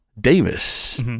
Davis